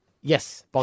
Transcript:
yes